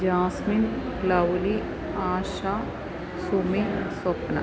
Jasmine Lovely Asha Sumi Swapna